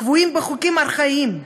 קבועים בחוקים ארכאיים.